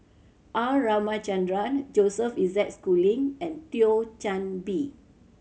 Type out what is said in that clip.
R Ramachandran Joseph Isaac Schooling and Thio Chan Bee